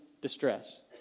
distress